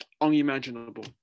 unimaginable